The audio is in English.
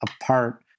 apart